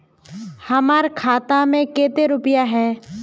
हमर खाता में केते रुपया है?